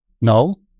No